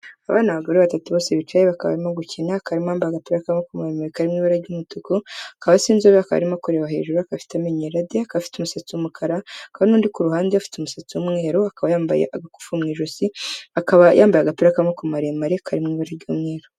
Aba ni abagore batatu bose bicaye bakaba barimo gukina, hakaba harimo uwambaye agapira k'amaboko maremare kari mu ibara ry'umutuku, akaba asa inzobe, akaba arimo kureba hejuru, akaba afite amenyo yera de, akaba afite umusatsi w'umukara, hakaba n'undi ku ruhande, ufite umusatsi w'umweru, akaba yambaye agakufi mu ijosi, akaba yambaye agapira k'amaboko maremare kari mu ibara ry'umweru.